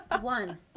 One